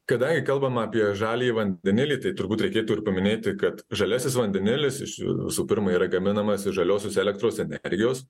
kadangi kalbam apie žaliąjį vandenilį tai turbūt reikėtų ir paminėti kad žaliasis vandenilis iš visų pirma yra gaminamas iš žaliosios elektros energijos